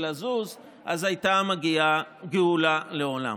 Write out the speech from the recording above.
אז הייתה מגיעה גאולה לעולם.